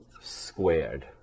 squared